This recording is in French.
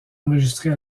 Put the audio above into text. enregistrée